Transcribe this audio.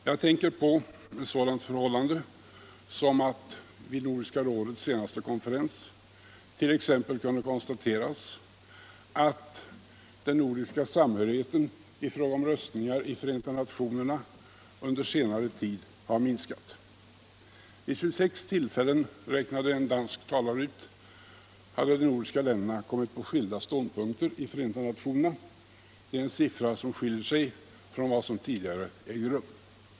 Jag tänker 1. ex. på ett sådant förhållande som att det vid Nordiska rådets senaste session kunde konstateras att den nordiska samhörigheten i fråga om röstningar i Förenta nationerna under senare tid har minskat. Vid 26 tillfällen — räknade en dansk talare ut — hade de nordiska länderna kommit på skilda ståndpunkter i Förenta nationerna. Det är en siffra som skiljer sig från vad som tidigare gällt.